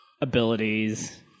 abilities